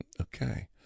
Okay